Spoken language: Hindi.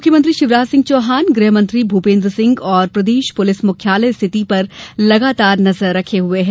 मुख्यमंत्री शिवराज सिंह चौहान गृह मंत्री भूपेंद्र सिंह और प्रदेश पुलिस मुख्यालय स्थिति पर लगातार नजर रखे हुए है